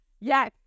Yes